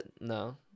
no